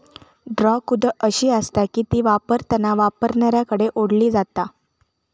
draw कुदळ अशी आसता की ती वापरताना वापरणाऱ्याकडे ओढली जाता